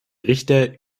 richter